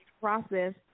process